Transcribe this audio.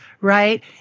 right